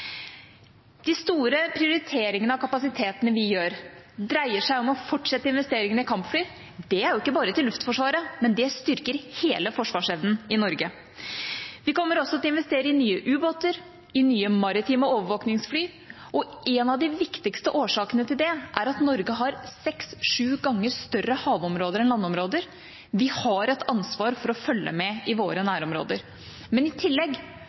De store prioriteringene av kapasitetene vi gjør, dreier seg om å fortsette investeringene i kampfly. Det er ikke bare til Luftforsvaret, men det styrker hele forsvarsevnen i Norge. Vi kommer også til å investere i nye ubåter, i nye maritime overvåkingsfly, og en av de viktigste årsakene til det er at Norge har seks, sju ganger større havområder enn landområder. Vi har et ansvar for å følge med i våre nærområder, men i tillegg